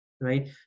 right